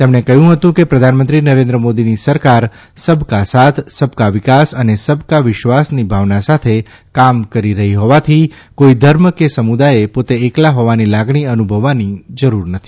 તેમણે કહ્યું હતું કે પ્રધાનમંત્રીનરેન્દ્ર મોદીની સરકાર સબકા સાથ સબકા વિકાસ અને સબકા વિશ્વાસની ભાવનાસાથે કામ કરી રહી હોવાથી કોઈ ધર્મ કે સમુદાયે પોતે એકલા હોવાની લાગણીઅનુભવવાની જરૂર નથી